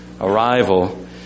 arrival